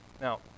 now